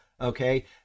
okay